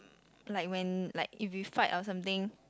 like when like if you fight or something